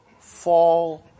fall